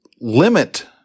limit